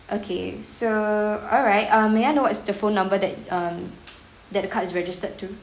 okay so alright uh may I know what's the phone number that um that the card is registered to